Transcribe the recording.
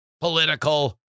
political